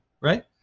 right